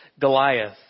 Goliath